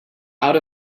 out